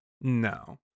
No